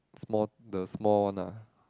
small the small one lah